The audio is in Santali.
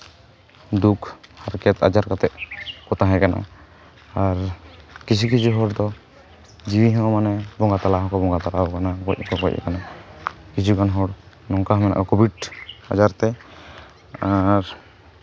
ᱫᱩᱠ ᱦᱟᱨᱠᱮᱛ ᱟᱡᱟᱨ ᱠᱟᱛᱮᱫ ᱠᱚ ᱛᱟᱦᱮᱸ ᱠᱟᱱᱟ ᱟᱨ ᱠᱤᱪᱷᱩ ᱠᱤᱪᱷᱩ ᱦᱚᱲ ᱫᱚ ᱡᱤᱣᱤ ᱦᱚᱸ ᱢᱟᱱᱮ ᱵᱚᱸᱜᱟ ᱛᱟᱞᱟ ᱦᱚᱸᱠᱚ ᱵᱚᱸᱜᱟ ᱛᱟᱞᱟᱣ ᱠᱟᱱᱟ ᱜᱚᱡ ᱦᱚᱸᱠᱚ ᱜᱚᱡ ᱠᱟᱱᱟ ᱠᱤᱪᱷᱩ ᱜᱟᱱ ᱦᱚᱲ ᱱᱚᱝᱠᱟ ᱢᱮᱱᱟᱜᱼᱟ ᱠᱳᱵᱷᱤᱰ ᱟᱡᱟᱨ ᱛᱮ ᱟᱨ